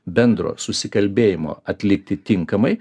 bendro susikalbėjimo atlikti tinkamai